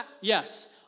yes